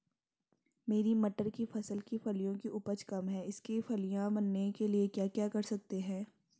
मेरी मटर की फसल की फलियों की उपज कम है इसके फलियां बनने के लिए क्या कर सकते हैं?